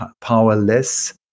powerless